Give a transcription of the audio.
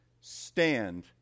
stand